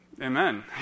Amen